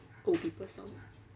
old people song